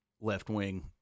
left-wing